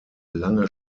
lange